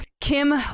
Kim